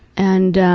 and